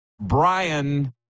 Brian